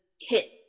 hit